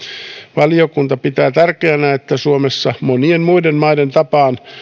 valiokunta pitää tärkeänä että suomessa monien muiden maiden tapaan